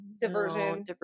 diversion